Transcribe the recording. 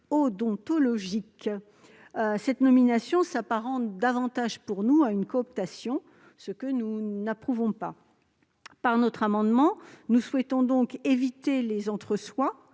odontologique. Pour nous, cette nomination s'apparente davantage à une cooptation, ce que nous n'approuvons pas. Par notre amendement, nous souhaitons donc éviter l'entre soi